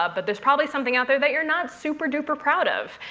ah but there's probably something out there that you're not super-duper proud of.